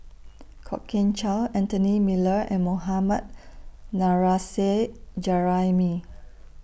Kwok Kian Chow Anthony Miller and Mohammad Nurrasyid Juraimi